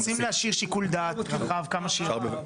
אנחנו רוצים להשאיר שיקול דעת רחב כמה שיותר.